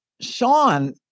Sean